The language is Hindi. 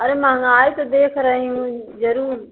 अरे मँहगाई तो देख रही हूँ ज़रूर